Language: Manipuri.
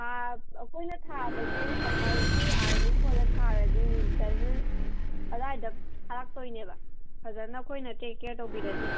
ꯑꯩꯈꯣꯏꯅ ꯊꯥꯕꯁꯦ ꯁꯝꯃꯔꯒꯤ ꯑꯥꯔꯂꯤ ꯐꯣꯜꯗ ꯊꯥꯔꯗꯤ ꯋꯤꯟꯇꯔ ꯑꯗꯥꯏꯗ ꯁꯥꯠꯂꯛꯇꯣꯏꯅꯦꯕ ꯐꯖꯅ ꯑꯩꯈꯣꯏꯅ ꯇꯦꯛ ꯀꯦꯌꯥꯔ ꯇꯧꯕꯤꯔꯗꯤ